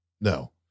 no